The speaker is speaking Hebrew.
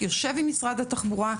יושב עם משרד התחבורה,